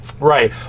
Right